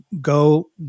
go